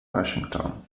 washington